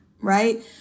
right